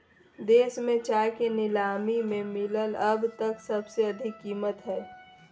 देश में चाय के नीलामी में मिलल अब तक सबसे अधिक कीमत हई